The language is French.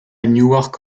newark